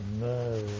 No